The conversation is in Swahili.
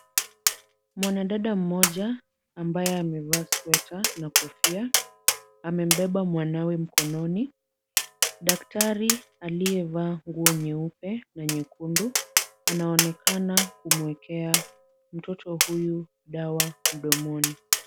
Mwanadada mmoja ambaye amevaa sweta na kofia, amembeba mwanawe mkononi. Daktari aliyevaa nguo nyeupe na nyekundu, anaonekana kumuekea mtoto huyu dawa mdomoni.